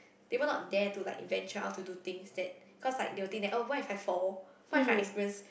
they will not dare to like venture out to do things that cause like they will think that oh what if I fall what if I experience